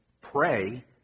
pray